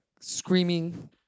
screaming